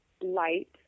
light